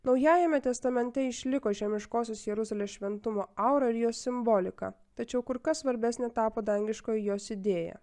naujajame testamente išliko žemiškosios jeruzalės šventumo aura ir jos simbolika tačiau kur kas svarbesnė tapo dangiškoji jos idėja